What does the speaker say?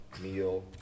meal